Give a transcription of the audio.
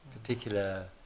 particular